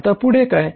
आता पुढे काय